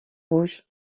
rouge